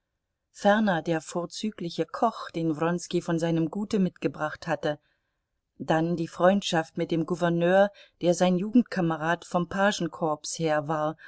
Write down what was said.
ferner der vorzügliche koch den wronski von seinem gute mitgebracht hatte dann die freundschaft mit dem gouverneur der sein jugendkamerad vom pagenkorps her war